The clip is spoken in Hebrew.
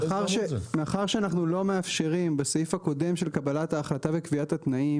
מאחר שאנחנו לא מאפשרים בסעיף הקודם של קבלת ההחלטה וקביעת התנאים,